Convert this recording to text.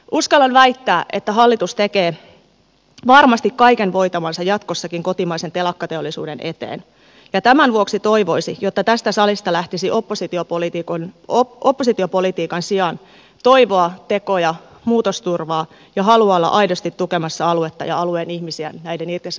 uskallan väittää että hallitus tekee varmasti kaiken voitavansa jatkossakin kotimaisen telakkateollisuuden eteen ja tämän vuoksi toivoisi jotta tästä salista lähtisi oppositiopolitiikan sijaan toivoa tekoja muutosturvaa ja halua olla aidosti tukemassa aluetta ja alueen ihmisiä näiden irtisanomisten aikoina